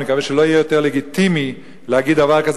ואני מקווה שלא יהיה יותר לגיטימי להגיד דבר כזה,